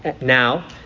Now